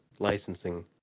Licensing